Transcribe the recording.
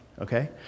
okay